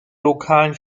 lokalen